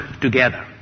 together